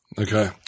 Okay